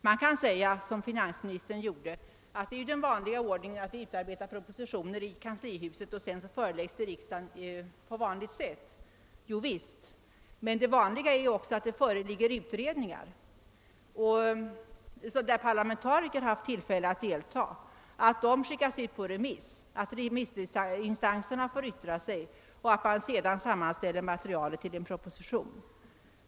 Man kan som finansministern gjorde säga att det är den vanliga ordningen att utarbeta propositioner i kanslihuset, vilka sedan förelägges riksdagen på vanligt sätt. Jo visst, men det vanliga är också att det föreligger utredningar, i vilka parlamentariker haft tillfälle att delta. Utredningarnas resultat skickas sedan ut på remiss, remissinstanserna får yttra sig och sedan sammanställer man materialet till en proposition.